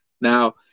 Now